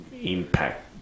impact